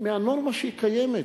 מהנורמה הקיימת.